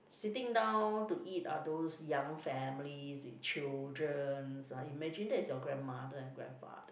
sitting down to eat are those young families with children ah imagine that is your grandmother and grandfather